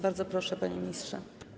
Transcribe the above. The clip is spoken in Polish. Bardzo proszę, panie ministrze.